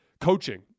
Coaching